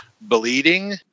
bleeding